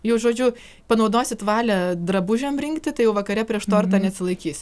jau žodžiu panaudosit valią drabužiam rinkti tai jau vakare prieš tortą neatsilaikys